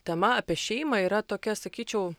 tema apie šeimą yra tokia sakyčiau